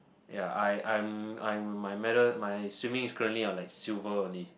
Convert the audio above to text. ya I I'm I'm my medal my swimming is currently uh like silver only